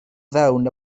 fewn